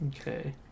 Okay